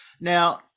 Now